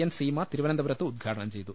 N Seema തിരുവനന്തപുരത്ത് ഉദ്ഘാടനം ചെയ്തു